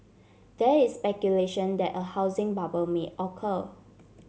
there is speculation that a housing bubble may occur